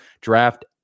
draft